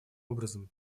образом